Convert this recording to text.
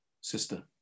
Sister